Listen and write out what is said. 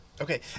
okay